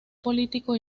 político